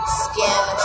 skin